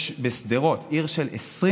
יש בשדרות, עיר של 25,000,